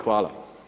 Hvala.